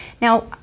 now